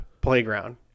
playground